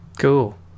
Cool